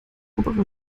obere